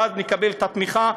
ואז נקבל את התמיכה,